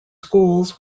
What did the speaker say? schools